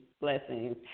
blessings